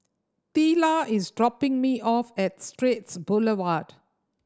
Teela is dropping me off at Straits Boulevard